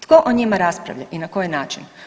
Tko o njima raspravlja i na koji način?